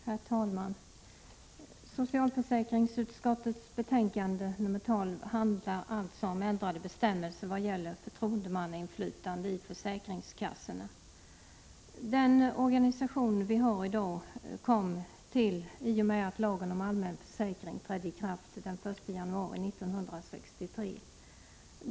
Herr talman! Socialförsäkringsutskottets betänkande nr 12 handlar alltså om ändrade bestämmelser vad gäller förtroendemannainflytande i försäkringskassorna. Den organisation som vi har i dag kom till i och med att lagen om allmän försäkring trädde i kraft den 1 januari 1963.